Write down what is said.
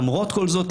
למרות כל זאת,